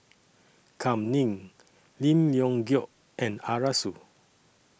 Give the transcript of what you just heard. Kam Ning Lim Leong Geok and Arasu